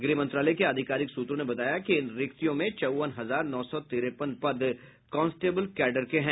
गृह मंत्रालय के आधिकारिक सूत्रों ने बताया कि इन रिक्तियो में चौवन हजार नौ सौ तिरपन पद कॉस्टेबल कैडेर के लिए है